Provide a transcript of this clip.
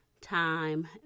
time